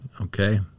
Okay